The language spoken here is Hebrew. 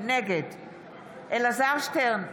נגד אלעזר שטרן,